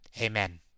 Amen